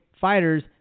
fighters